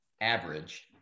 Average